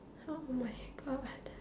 oh-my-God